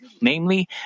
namely